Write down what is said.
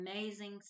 amazing